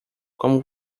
como